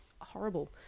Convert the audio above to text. horrible